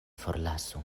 forlasu